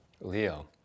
Leo